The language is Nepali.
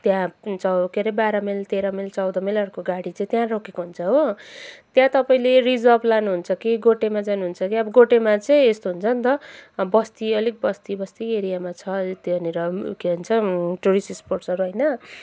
त्यहाँ चाहिँ के हरे बाह्र माइल तेह्र माइल चौध माइलहरूको गाडी चाहिँ त्यहाँ रोकेको हुन्छ हो त्यहाँ तपाईँले रिजर्भ लानुहुन्छ कि गोटेमा जानुहुन्छ कि अब गोटेमा चाहिँ यस्तो हुन्छ नि त बस्ती अलिक बस्ती बस्ती एरियामा छ त्यहाँनिर के भन्छ टुरिस्ट स्पट्सहरू होइन